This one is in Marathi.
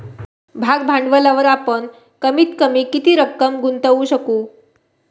भाग भांडवलावर आपण कमीत कमी किती रक्कम गुंतवू शकू?